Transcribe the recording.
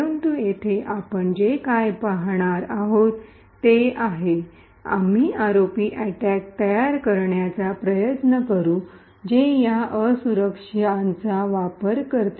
परंतु येथे आपण जे काही पाहणार आहोत ते आहे आम्ही आरओपी अटैक तयार करण्याचा प्रयत्न करू जे त्या असुरक्षाचा वापर करते